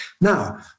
Now